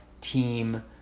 team